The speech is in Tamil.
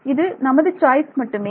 இது நமது சாய்ஸ் மட்டுமே